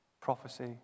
prophecy